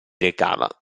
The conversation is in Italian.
recava